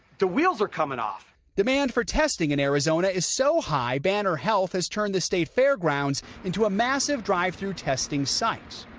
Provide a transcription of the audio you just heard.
the wheels are coming off. reporter demand for testing in arizona is so high, banner health has turned the state fairgrounds into a massive drive through testing site.